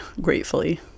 gratefully